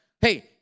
Hey